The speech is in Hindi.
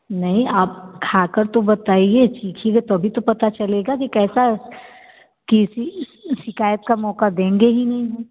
नहीं आप खाकर तो बताइए चिखिएगा तभी तो पता चलेगा कि कैसा किसी सिकायत का मौका देंगे ही नहीं हम